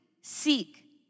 seek